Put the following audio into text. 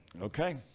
Okay